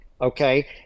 okay